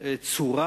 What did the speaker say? צורה